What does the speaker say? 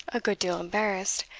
a good deal embarrassed,